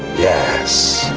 yes.